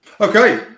Okay